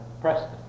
Preston